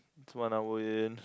it's one hour in